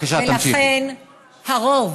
ולכן, הרוב,